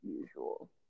usual